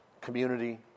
community